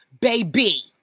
baby